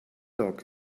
lock